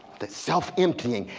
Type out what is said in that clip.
the self-emptying,